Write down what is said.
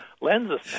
lenses